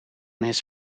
this